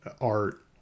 art